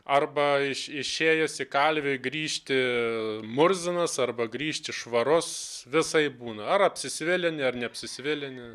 arba iš išėjus į kalvį grįžti murzinas arba grįžti švarus visaip būna ar apsisvilini ar neapsisvilini